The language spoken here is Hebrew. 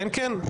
כן, כן.